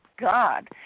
God